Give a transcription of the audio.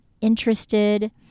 interested